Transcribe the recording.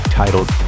titled